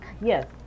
Yes